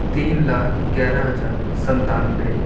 تین لاکھ گیارہ ہزار ستانوے